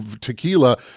Tequila